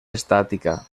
estàtica